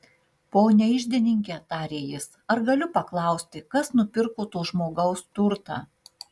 pone iždininke tarė jis ar galiu paklausti kas nupirko to žmogaus turtą